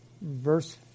verse